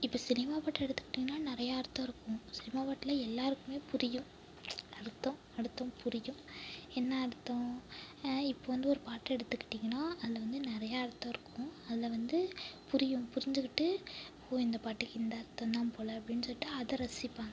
இப்போ சினிமா பாட்டு எடுத்துக்கிட்டிங்கன்னா நிறையா அர்த்தம் இருக்கும் சினிமா பாட்டுலாம் எல்லோருக்குமே புரியும் அர்த்தம் அர்த்தம் புரியும் என்ன அர்த்தம் இப்போ வந்து பாட்டு எடுத்துக்கிட்டிங்கன்னா அதில் வந்து நிறையா அர்த்தம் இருக்கும் அதில் வந்து புரியும் புரிஞ்சுகிட்டு ஓ இந்த பாட்டுக்கு இந்த அர்த்தம்தான் போல் அப்படின்னு சொல்லிவிட்டு அதை ரசிப்பாங்க